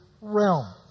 realm